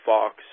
Fox